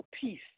peace